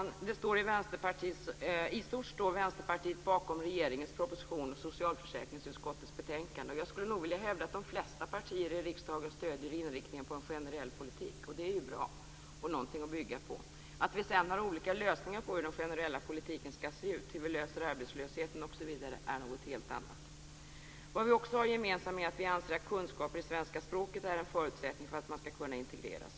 Fru talman! I stort står Vänsterpartiet bakom regeringens proposition och socialförsäkringsutskottets betänkande. Jag skulle nog vilja hävda att de flesta partier i riksdagen stöder inriktningen på en generell politik, och det är ju bra och någonting att bygga på. Att vi sedan har olika lösningar på hur den generella politiken skall se ut, hur vi löser arbetslösheten osv. är något helt annat. Vad vi också har gemensamt är att vi anser att kunskaper i svenska språket är en förutsättning för att man skall kunna integreras.